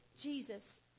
Jesus